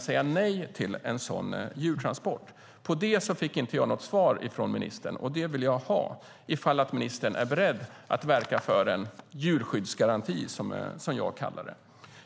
säga nej till en sådan djurtransport. På detta fick jag inget svar från ministern, och det vill jag ha. Är ministern beredd att verka för en djurskyddsgaranti, som jag kallar det?